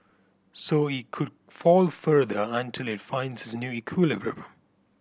so it could fall further until it finds its new equilibrium